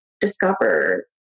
discover